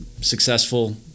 successful